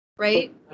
Right